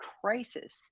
crisis